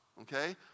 okay